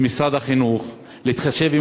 הם מפסידים לימודים לפני הגיוס, שניים,